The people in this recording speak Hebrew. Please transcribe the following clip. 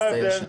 מה ההבדל?